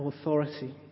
authority